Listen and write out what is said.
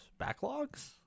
backlogs